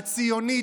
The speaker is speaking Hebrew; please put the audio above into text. הציונית,